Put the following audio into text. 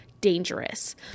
dangerous